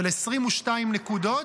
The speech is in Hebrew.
של 22 נקודות,